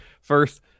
First